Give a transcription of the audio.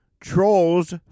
trolls